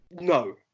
No